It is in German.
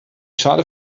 schale